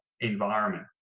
environment